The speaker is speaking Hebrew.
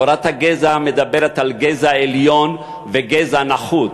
תורת הגזע מדברת על גזע עליון וגזע נחות,